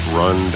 run